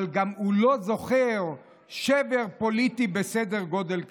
אבל הוא גם לא זוכר שבר פוליטי בסדר גודל כזה.